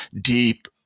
deep